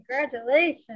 Congratulations